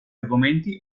argomenti